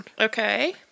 okay